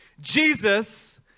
Jesus